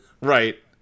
right